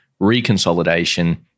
reconsolidation